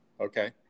Okay